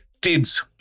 Dids